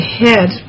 head